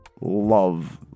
love